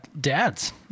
dads